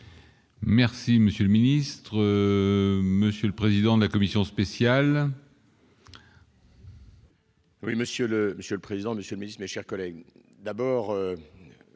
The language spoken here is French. Merci monsieur le ministre, monsieur le président de la commission spéciale.